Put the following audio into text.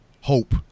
hope